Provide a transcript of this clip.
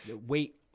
Wait